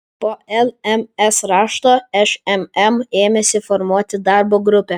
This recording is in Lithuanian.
po lms rašto šmm ėmėsi formuoti darbo grupę